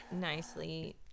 nicely